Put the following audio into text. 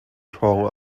hrawng